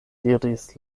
diris